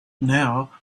now